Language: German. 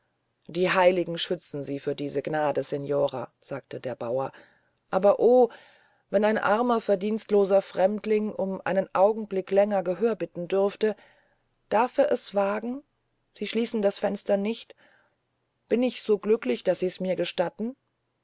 die heiligen schützen sie für diese gnade signora sagte der bauer aber o wenn ein armer verdienstloser fremdling um einen augenblick länger gehör bitten dürfte darf er es wagen sie schließen das fenster nicht bin ich so glücklich daß sie mirs gestatten